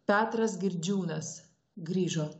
petras girdžiūnas grįžo